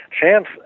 chance